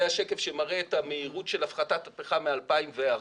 מראה את מהירות הפחתת הפחם מ-2014.